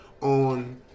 on